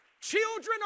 Children